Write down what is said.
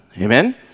Amen